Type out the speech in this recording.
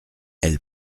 elle